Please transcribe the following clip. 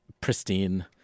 pristine